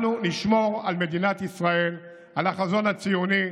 אנחנו נשמור על מדינת ישראל, על החזון הציוני,